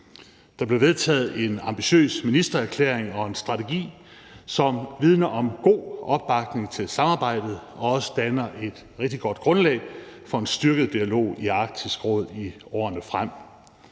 Der blev vedtaget en ambitiøs ministererklæring og en strategi, som vidner om god opbakning til samarbejdet og også danner et rigtig godt grundlag for en styrket dialog i Arktisk Råd i årene fremover.